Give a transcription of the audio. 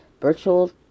virtual